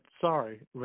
sorry